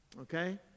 Okay